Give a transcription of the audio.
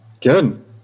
Good